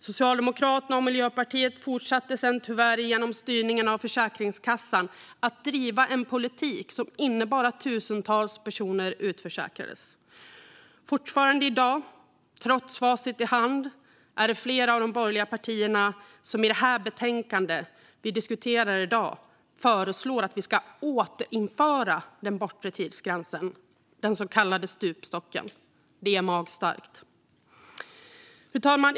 Socialdemokraterna och Miljöpartiet fortsatte tyvärr sedan genom styrningen av Försäkringskassan att driva en politik som innebar att tusentals personer utförsäkrades. Fortfarande i dag, trots facit i hand, är det flera av de borgerliga partierna som i det betänkande vi diskuterar i dag föreslår att vi ska återinföra den bortre tidsgränsen, den så kallade stupstocken. Det är magstarkt. Fru talman!